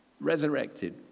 resurrected